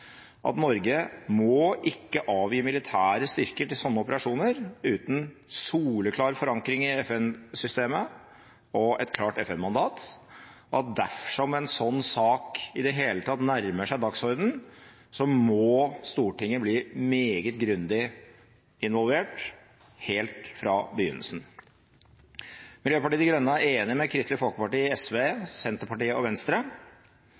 at Norge ikke må avgi militære styrker til sånne operasjoner uten soleklar forankring i FN-systemet og et klart FN-mandat, og at dersom en sånn sak i det hele tatt nærmer seg dagsordenen, må Stortinget bli meget grundig involvert helt fra begynnelsen. Miljøpartiet De Grønne er enig med Kristelig Folkeparti, SV, Senterpartiet og Venstre